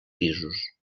pisos